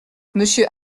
monsieur